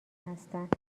هستند